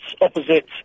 opposite